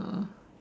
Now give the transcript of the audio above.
oh